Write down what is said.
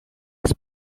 his